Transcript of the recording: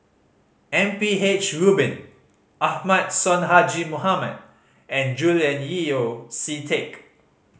M P H Rubin Ahmad Sonhadji Mohamad and Julian Yeo See Teck